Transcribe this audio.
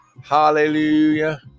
Hallelujah